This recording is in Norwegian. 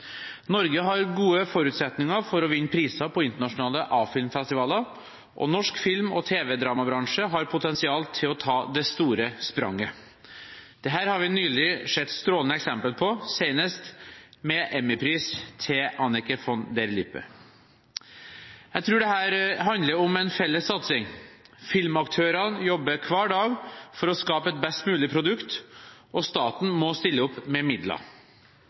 Norge har gode forutsetninger for å vinne priser på internasjonale A-filmfestivaler, og norsk film- og tv-dramabransje har potensial til å ta det store spranget. Dette har vi nylig sett strålende eksempler på, senest med Emmy-pris til Anneke von der Lippe. Jeg tror dette handler om en felles satsing. Filmaktørene jobber hver dag for å skape et best mulig produkt, og staten må stille opp med midler.